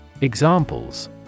Examples